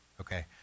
okay